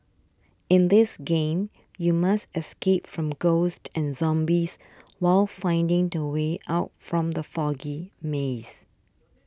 in this game you must escape from ghosts and zombies while finding the way out from the foggy maze